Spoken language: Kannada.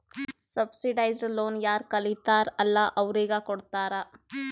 ಸಬ್ಸಿಡೈಸ್ಡ್ ಲೋನ್ ಯಾರ್ ಕಲಿತಾರ್ ಅಲ್ಲಾ ಅವ್ರಿಗ ಕೊಡ್ತಾರ್